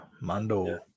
Mando